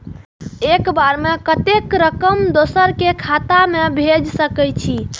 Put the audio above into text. एक बार में कतेक रकम दोसर के खाता में भेज सकेछी?